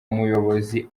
muyobozi